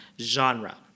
genre